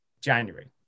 January